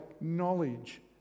knowledge